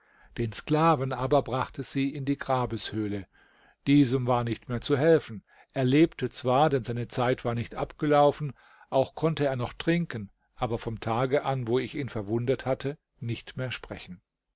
den sklaven aber brachte sie in die grabeshöhle diesem war nicht mehr zu helfen er lebte zwar denn seine zeit war nicht abgelaufen auch konnte er noch trinken aber vom tage an wo ich ihn verwundet hatte nicht mehr sprechen